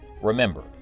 Remember